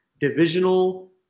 divisional